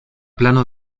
plano